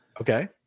Okay